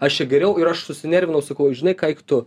aš čia geriau ir aš susinervinau sakau žinai ką eik tu